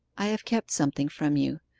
i have kept something from you,